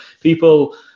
people